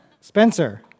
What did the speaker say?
Spencer